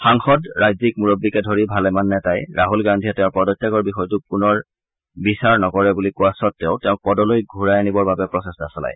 সাংসদ ৰাজ্যিক মুৰববীকে ধৰি ভালেমান নেতাই ৰাহুল গান্ধীয়ে তেওঁৰ পদত্যাগৰ বিষয়টো পুনৰ বিচাৰ নকৰে বুলি কোৱা স্বত্তেও তেওঁক পদলৈ পুনৰ ঘূৰাই আনিবৰ বাবে প্ৰচেষ্টা চলায়